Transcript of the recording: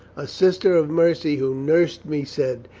a sister of mercy who nursed me said,